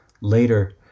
Later